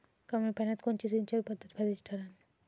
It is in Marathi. कमी पान्यात कोनची सिंचन पद्धत फायद्याची ठरन?